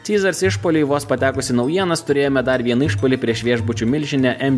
ceasars išpuoliui vos patekus į naujienas turėjome dar vieną išpuolį prieš viešbučių milžinę m